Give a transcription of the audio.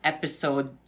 Episode